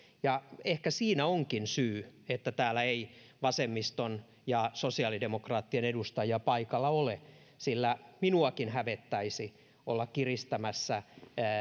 ja ehkä siinä onkin syy siihen että täällä ei vasemmiston ja sosiaalidemokraattien edustajia paikalla ole sillä minuakin hävettäisi olla kiristämässä